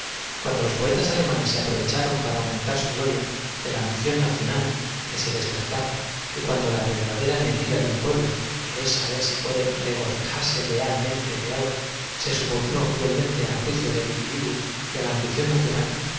cuando los poetas alemanes se aprovecharon para aumentar su gloria de la ambición nacional que se despertaba y cuando la verdadera medida de un pueblo que ea saber si puede re g o c ija ru lealmente de algo se subordinó cruelmente al juicio del individuo y á la ambición nacional